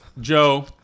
Joe